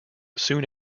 soon